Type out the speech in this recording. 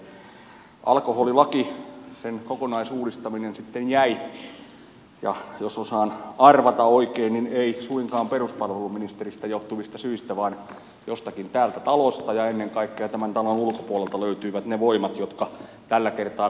alkoholilain kokonaisuudistaminen sitten jäi ja jos osaan arvata oikein niin ei suinkaan peruspalveluministeristä johtuvista syistä vaan jostakin täältä talosta ja ennen kaikkea tämän talon ulkopuolelta löytyivät ne voimat jotka tällä kertaa sen kaatoivat